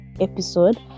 episode